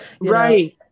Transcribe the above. Right